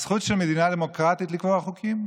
הזכות של מדינה דמוקרטית לקבוע חוקים,